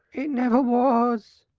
it never was,